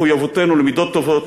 מחויבותנו למידות טובות,